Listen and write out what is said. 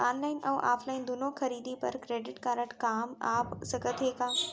Online अऊ offline दूनो खरीदी बर क्रेडिट कारड काम आप सकत हे का?